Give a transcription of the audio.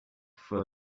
for